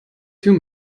two